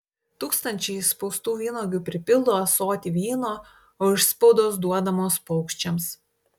tūkstančiai išspaustų vynuogių pripildo ąsotį vyno o išspaudos duodamos paukščiams